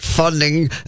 Funding